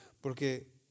Porque